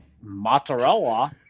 mozzarella